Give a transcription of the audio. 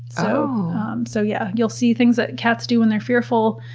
so um so yeah you'll see things that cats do when they're fearful,